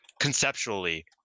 conceptually